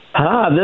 Hi